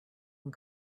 and